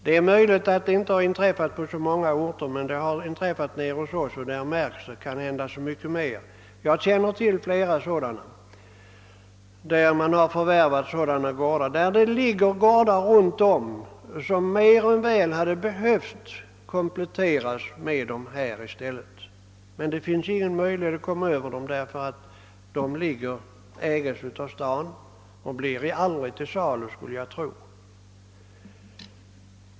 Det är möjligt att det inte har inträffat på så många orter, men det har inträffat i min hemtrakt, och det märks kanhända mera på slättbygderna. Jag känner till flera exempel på att kommuner förvärvat gårdar, som varit omgivna av lantbruk vilka mer än väl hade behövt kompletteras. Emellertid finns det ingen möjlighet att komma över de fastigheter som nu ägs av staden, ty de blir aldrig till salu, skulle jag tro.